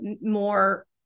more